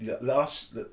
Last